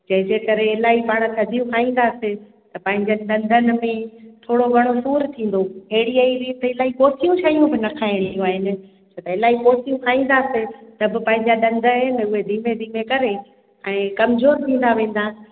जंहिंजे करे इलाही पाण थदियूं खाईंदा से त पंहिंजा डंदनि में थोरो घणो सूरु थींदो अहिड़ी आई कोसियूं शयूं बि न खाइणियूं आहिनि छो त इलाही कोसियूं खाईंदासीं त पोइ पंहिंजा डंद आहिनि उहे धीमें धीमें करे ऐं कमज़ोरु थींदा वेंदासीं